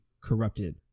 corrupted